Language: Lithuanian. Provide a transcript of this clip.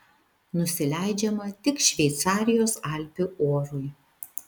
nusileidžiama tik šveicarijos alpių orui